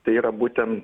tai yra būtent